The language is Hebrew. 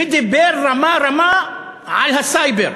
ודיבר רמה-רמה על הסייבר.